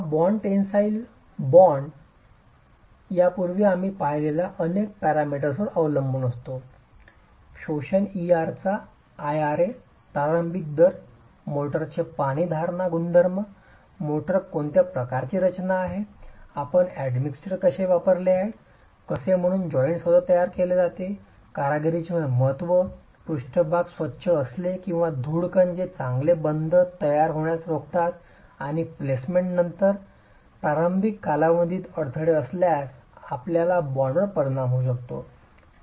हा bond tensile bond आम्ही यापूर्वी पाहिलेल्या अनेक पॅरामीटर्सवर अवलंबून असतो शोषण इआरएचा IRA प्रारंभिक दर मोर्टारचे पाणी धारणा गुणधर्म मोर्टार कोणत्या प्रकारची रचना आहे आपण अॅडमिस्ट्रक्चर कसे वापरले आहेत कसे म्हणूनच जॉइंट स्वतः तयार केले जाते कारागीरतेचे महत्त्व आहे पृष्ठभाग स्वच्छ असले किंवा धूळ कण जे चांगले बंध तयार होण्यास रोखतात आणि प्लेसमेंट नंतर प्लेसमेंटनंतर प्रारंभिक कालावधीत अडथळे असल्यास आपल्या बॉन्डवर परिणाम होऊ शकतो